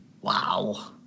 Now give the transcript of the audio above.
wow